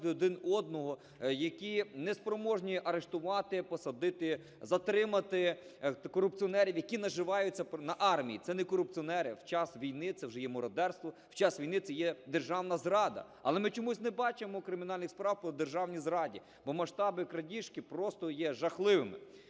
один одного, які не спроможні арештувати, посадити, затримати корупціонерів, які наживаються на армії. Це не корупціонери, в час війни це вже є мародерство, в час війни це є державна зрада. Але ми чомусь не бачимо кримінальної справ по державній зраді, бо масштаби крадіжки просто є жахливими.